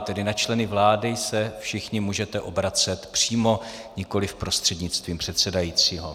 Tedy na členy vlády se všichni můžete obracet přímo, nikoli prostřednictvím předsedajícího.